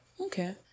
okay